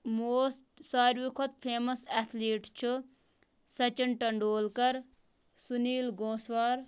most ساریو کھۄتہٕ famous athlete چھُ سَچِن ٹنٛڈوٗلکَر سُنیٖل گوسوار